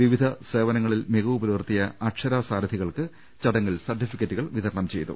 വിവിധ സേവനങ്ങളിൽ മികവ് പുലർത്തിയ അക്ഷയ സാരഥികൾക്ക് ചടങ്ങിൽ സർട്ടിഫിക്കറ്റു കൾ വിതരണം ചെയ്തു